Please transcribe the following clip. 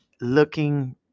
looking